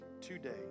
today